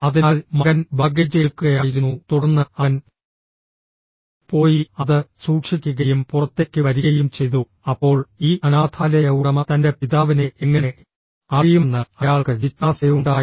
അതിനാൽ മകൻ ബാഗേജ് എടുക്കുകയായിരുന്നു തുടർന്ന് അവൻ പോയി അത് സൂക്ഷിക്കുകയും പുറത്തേക്ക് വരികയും ചെയ്തു അപ്പോൾ ഈ അനാഥാലയ ഉടമ തന്റെ പിതാവിനെ എങ്ങനെ അറിയുമെന്ന് അയാൾക്ക് ജിജ്ഞാസയുണ്ടായി